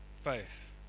faith